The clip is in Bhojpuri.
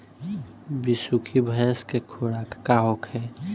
बिसुखी भैंस के खुराक का होखे?